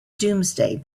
domesday